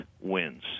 wins